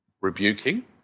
rebuking